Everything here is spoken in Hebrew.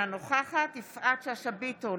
אינה נוכחת יפעת שאשא ביטון,